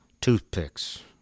toothpicks